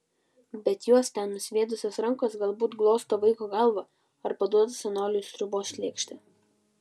bet juos ten nusviedusios rankos galbūt glosto vaiko galvą ar paduoda senoliui sriubos lėkštę